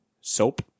Soap